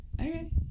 Okay